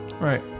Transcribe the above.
right